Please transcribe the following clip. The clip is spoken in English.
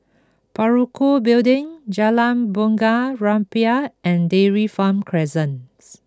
Parakou Building Jalan Bunga Rampai and Dairy Farm Crescents